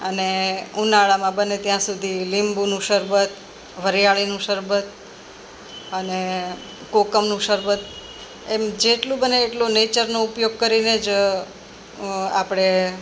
અને ઉનાળામાં બને ત્યાં સુધી લીંબુનું શરબત વરિયાળીનું શરબત અને કોકમનું શરબત એમ જેટલું બને એટલું નેચરનો ઉપયોગ કરીને જ આપણે